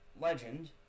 legend